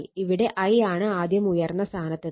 ഇവിടെ I ആണ് ആദ്യം ഉയർന്ന സ്ഥാനത്തെത്തുന്നത്